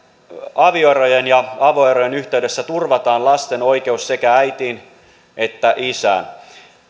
avioerojen ja avoerojen yhteydessä turvataan lasten oikeus sekä äitiin että isään